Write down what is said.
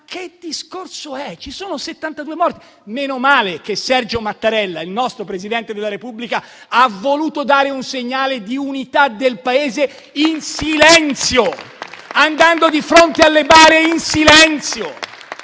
PD, che discorso è? Ci sono 72 morti! Meno male che Sergio Mattarella, il nostro Presidente della Repubblica, ha voluto dare un segnale di unità del Paese in silenzio, andando di fronte alle bare in silenzio.